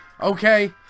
okay